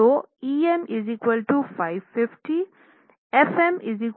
तो Em 550 f m 4400 MPa